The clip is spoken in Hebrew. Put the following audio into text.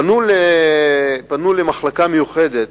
פנו למחלקה מיוחדת,